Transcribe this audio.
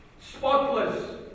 spotless